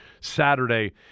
saturday